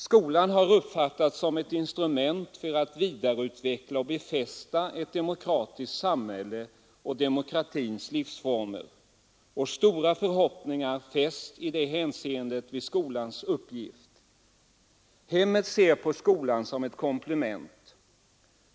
Skolan har uppfattats som ett instrument för att vidareutveckla och befästa ett demokratiskt samhälle och demokratins livsformer, och stora förhoppningar har i det hänseendet fästs vid skolans uppgift. Hemmet ser på skolan som ett komplement.